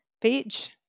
page